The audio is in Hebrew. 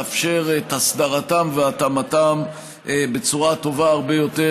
לאפשר את הסדרתם והתאמתם בצורה טובה הרבה יותר